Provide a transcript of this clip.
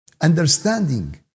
Understanding